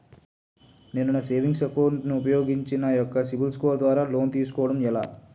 నేను నా savings account ను ఉపయోగించి నా యెక్క సిబిల్ స్కోర్ ద్వారా లోన్తీ సుకోవడం ఎలా?